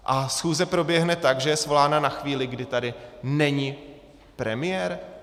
A schůze proběhne tak, že je svolána na chvíli, kdy tady není premiér?